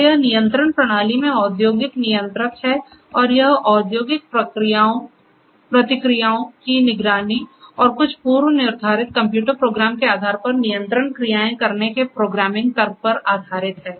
तो यह नियंत्रण प्रणाली में औद्योगिक नियंत्रक है और यह औद्योगिक प्रक्रियाओं की निगरानी और कुछ पूर्वनिर्धारित कंप्यूटर प्रोग्राम के आधार पर नियंत्रण क्रियाएं करने के प्रोग्रामिंग तर्क पर आधारित है